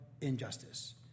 injustice